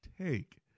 take